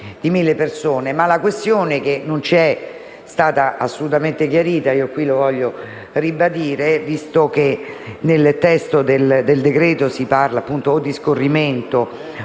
La questione non è stata assolutamente chiarita - e lo voglio ribadire - visto che nel testo del decreto-legge si parla o di scorrimento o